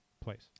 place